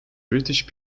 british